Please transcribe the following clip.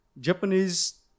Japanese